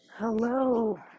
Hello